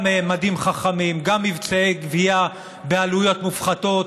גם מדים חכמים, גם מבצעי גבייה בעלויות מופחתות.